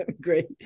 great